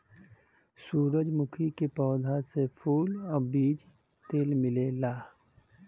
सूरजमुखी के पौधा से फूल, बीज तेल मिलेला